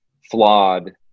flawed